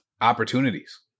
opportunities